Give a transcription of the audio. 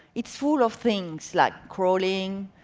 it's full of things like, crawling,